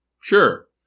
Sure